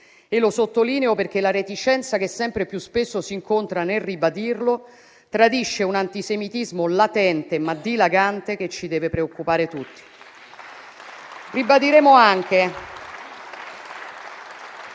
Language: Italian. e lo sottolineo perché la reticenza che sempre più spesso si incontra nel ribadirlo tradisce un antisemitismo latente, ma dilagante, che ci deve preoccupare tutti.